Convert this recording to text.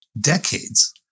decades